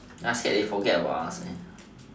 actually I forget what I was saying